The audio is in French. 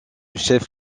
chef